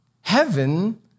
Heaven